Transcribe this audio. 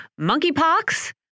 monkeypox